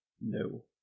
No